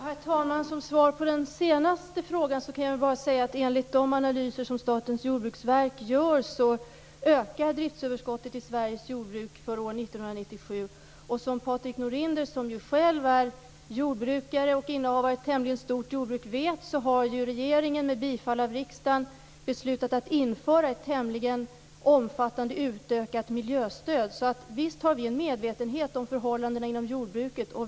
Herr talman! Som svar på den senaste frågan kan jag bara säga att enligt de analyser som Statens jordbruksverk gör ökar driftöverskottet i Sveriges jordbruk för år 1997. Som Patrik Norinder, som ju själv är jordbrukare och innehavare av ett tämligen stort jordbruk, vet har regeringen med bifall av riksdagen beslutat att införa ett tämligen omfattat utökat miljöstöd. Så visst har vi en medvetenhet om förhållandena inom jordbruket.